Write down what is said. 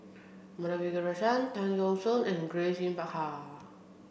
Madhavi Krishnan Tan Keong Choon and Grace Yin Peck Ha